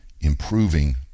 improving